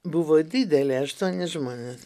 buvo didelė aštuoni žmonės